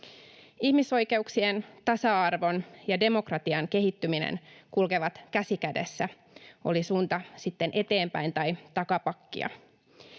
Ihmisoikeuksien, tasa-arvon ja demokratian kehittyminen kulkevat käsi kädessä, oli suunta sitten eteenpäin tai takapakkia.